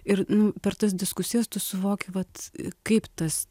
ir per tas diskusijas tu suvoki vat kaip tas